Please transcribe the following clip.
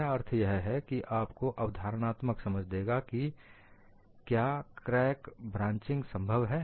मेरा अर्थ यह है कि यह आपको अवधारणात्मक समझ देगा कि क्या क्रैक ब्रांचिंग संभव है